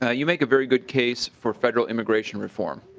ah you make a very good case for federal immigration reform.